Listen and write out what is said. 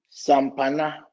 Sampana